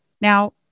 Now